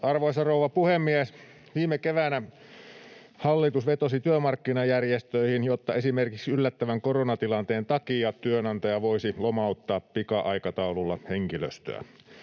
Arvoisa rouva puhemies! Viime keväänä hallitus vetosi työmarkkinajärjestöihin, jotta esimerkiksi yllättävän koronatilanteen takia työnantaja voisi lomauttaa pika-aikataululla henkilöstöä.